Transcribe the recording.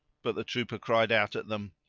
but the trooper cried out at them,